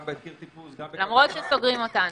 גם בקיר טיפוס וגם ב --- למרות שסוגרים אותם.